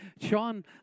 Sean